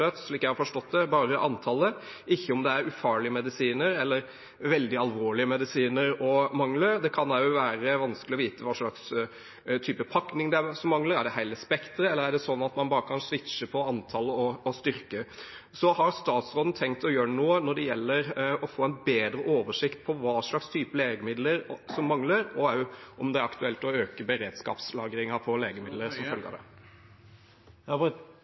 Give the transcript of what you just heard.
slik jeg har forstått det, bare antallet, og ikke om det er ufarlige medisiner eller veldig alvorlige medisiner som mangler. Det kan også være vanskelig å vite hvilken type pakning det er som mangler, om det er hele spekteret, eller om man bare kan svitsje med hensyn til antall og styrke. Så har statsråden tenkt å gjøre noe når det gjelder å få en bedre oversikt over hvilken type legemidler som mangler, og også om det er aktuelt å øke beredskapslagringen av legemidler som en følge av det?